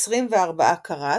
24 קארט,